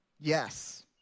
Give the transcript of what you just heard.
Yes